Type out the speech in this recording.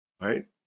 right